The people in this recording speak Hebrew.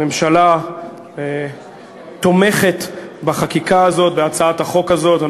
הממשלה תומכת בחקיקה הזאת, בהצעת החוק הזאת.